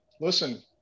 listen